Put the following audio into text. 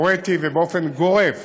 ובאופן גורף